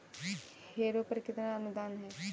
Harrow पर कितना अनुदान है?